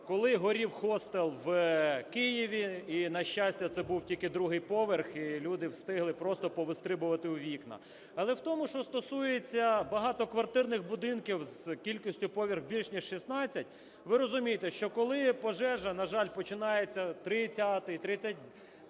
Коли горів хостел в Києві, і на щастя це був тільки другий поверх, і люди встигли просто повистрибувати у вікна. Але в тому, що стосується багатоквартирних будинків з кількістю поверхів більше ніж 16, ви розумієте, що коли пожежа, на жаль, починається – 30-й, 37-й,